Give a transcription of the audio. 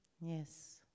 Yes